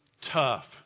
Tough